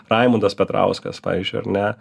raimundas petrauskas pavyzdžiui ar ne